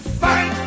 fight